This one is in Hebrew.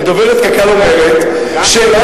ודוברת קק"ל אומרת שכל